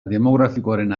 demografikoaren